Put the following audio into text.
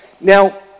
Now